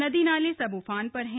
नदी नाले सब उफान पर हैं